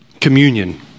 Communion